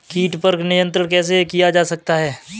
कीट पर नियंत्रण कैसे किया जा सकता है?